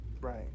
Right